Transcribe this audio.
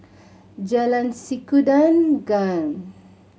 Jalan Sikudangan